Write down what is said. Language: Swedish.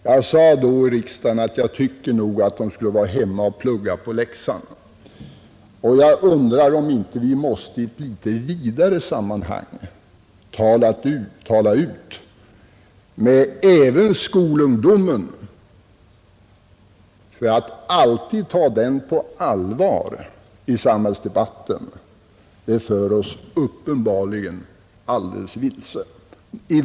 Jag sade då i riksdagen att jag tyckte att de borde vara hemma och plugga på läxan. Jag undrar nu om vi inte måste i ett litet vidare sammanhang tala ut också med skolungdomen. Om vi alltid tar den på allvar i samhällsdebatten, kommer vi uppenbarligen helt vilse.